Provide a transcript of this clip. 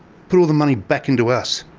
put all the money back into us.